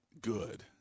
Good